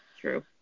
True